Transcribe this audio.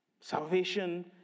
Salvation